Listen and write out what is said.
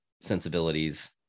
sensibilities